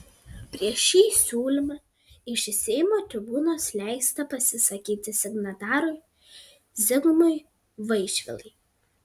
prieš šį siūlymą iš seimo tribūnos leista pasisakyti signatarui zigmui vaišvilai